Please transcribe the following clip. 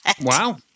Wow